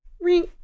Ring